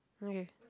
okay